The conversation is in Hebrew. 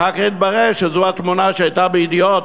אחר כך התברר שזו התמונה שהייתה ב"ידיעות",